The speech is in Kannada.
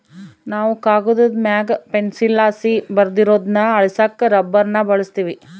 ನಾವು ಕಾಗದುದ್ ಮ್ಯಾಗ ಪೆನ್ಸಿಲ್ಲಾಸಿ ಬರ್ದಿರೋದ್ನ ಅಳಿಸಾಕ ರಬ್ಬರ್ನ ಬಳುಸ್ತೀವಿ